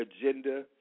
agenda